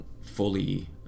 fully